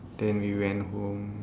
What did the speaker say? then we went home